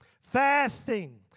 fasting